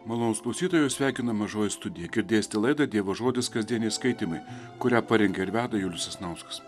mano klausytojus sveikino mažoji studija girdėsite laidą dievo žodis kasdieniai skaitymai kurią parengė ir veda julius sasnauskas